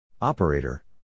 Operator